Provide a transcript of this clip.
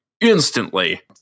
instantly